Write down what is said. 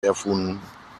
erfunden